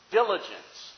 diligence